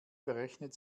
berechnet